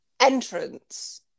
entrance